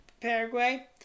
Paraguay